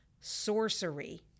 sorcery